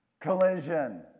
Collision